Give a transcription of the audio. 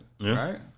right